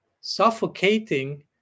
suffocating